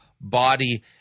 body